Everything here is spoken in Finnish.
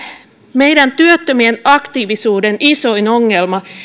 meidän työttömien aktiivisuuden isoin ongelma